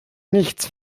nichts